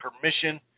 permission